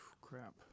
crap